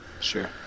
Sure